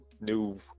new